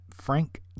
Frank